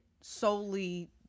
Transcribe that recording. solely